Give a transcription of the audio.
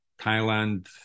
Thailand